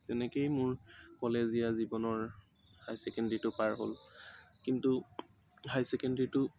তেনেকেই মোৰ কলেজীয়া জীৱনৰ হাই ছেকেণ্ড্ৰীটো পাৰ হ'ল কিন্তু হাই ছেকেণ্ড্ৰীটো